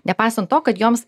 nepaisant to kad joms